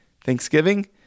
Thanksgiving